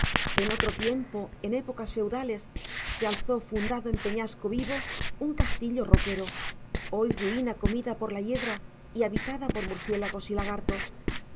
en otro tiempo en épocas feudales se alzó fundado en peñasco vivo un castillo roquero hoy ruina comida por la hiedra y habitada por murciélagos y lagartos